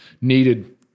needed